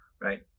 right